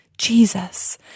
Jesus